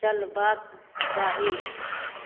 चलबाके चाही